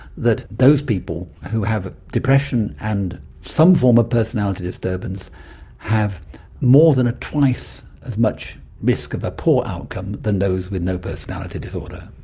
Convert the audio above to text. that those people who have depression and some form of personality disturbance have more than a twice as much risk of a poor outcome than those with no personality disorder.